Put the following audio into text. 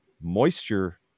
moisture